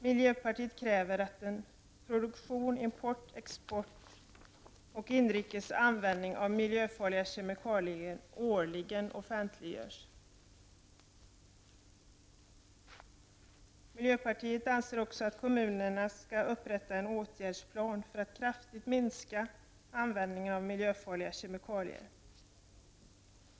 Miljöpartiet kräver att produktion, import, export och inrikes användning av miljöfarliga kemikalier årligen offentliggörs. Miljöpartiet anser att varje kommun skall upprätta en åtgärdsplan för att kraftigt minska användningen av miljöfarliga kemikalier.